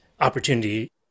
opportunity